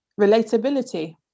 Relatability